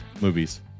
movies